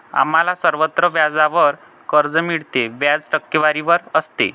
आम्हाला सर्वत्र व्याजावर कर्ज मिळते, व्याज टक्केवारीवर असते